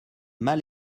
mal